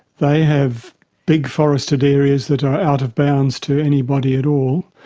they have big forested areas that are out of bounds to anybody at all,